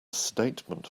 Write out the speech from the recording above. statement